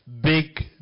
big